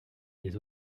des